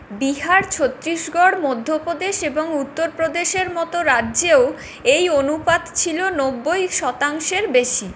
বিহার ছত্তিশগড় মধ্যপ্রদেশ এবং উত্তরপ্রদেশের মতো রাজ্যেও এই অনুপাত ছিল নব্বই শতাংশের বেশি